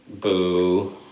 boo